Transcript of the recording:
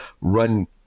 run